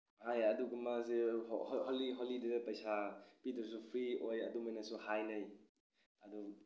ꯍꯥꯏ ꯑꯗꯨꯒ ꯃꯥꯁꯦ ꯍꯣꯂꯤꯗꯨꯗ ꯄꯩꯁꯥ ꯄꯤꯗ꯭ꯔꯁꯨ ꯐ꯭ꯔꯤ ꯑꯣꯏ ꯑꯗꯨꯃꯥꯏꯅꯁꯨ ꯍꯥꯏꯅꯩ ꯑꯗꯨ